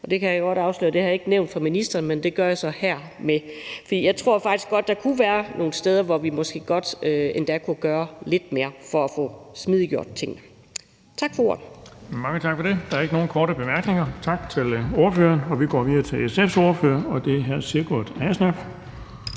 Det kan jeg godt afsløre at jeg ikke har nævnt for ministeren, men det gør jeg så hermed. For jeg tror faktisk godt, der kunne være nogle steder, hvor vi måske kunne gøre lidt mere for at få smidiggjort tingene. Tak for ordet. Kl. 14:46 Den fg. formand (Erling Bonnesen): Mange tak for det. Der er ikke nogen korte bemærkninger. Tak til ordføreren. Vi går videre til SF's ordfører, og det er hr. Sigurd Agersnap.